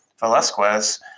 Velasquez